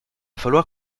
falloir